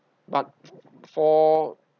but for